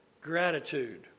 gratitude